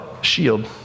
shield